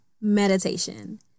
meditation